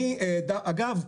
אגב,